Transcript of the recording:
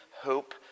hope